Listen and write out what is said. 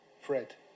Fred